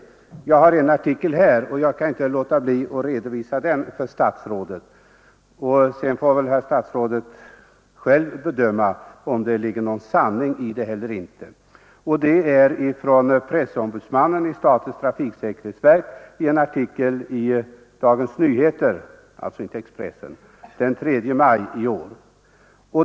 Men här har jag en tidningsartikel, som jag inte kan låta bli att redovisa för statsrådet; sedan får statsrådet själv bedöma om det ligger någon sanning i vad som skrivits eller inte. Författare är pressombudsman i statens trafiksäkerhetsverk, och artikeln är hämtad ur Dagens Nyheter — alltså inte Expressen — den 3 maj i år.